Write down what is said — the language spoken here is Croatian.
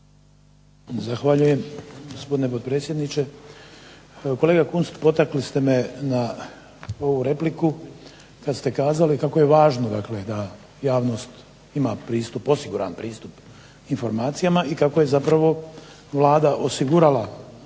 Zahvaljujem, gospodine potpredsjedniče. Kolega Kunst, potakli ste me na ovu repliku kad ste kazali kako je važno dakle da javnost ima pristup, osiguran pristup informacijama i kako je Vlada zapravo osigurala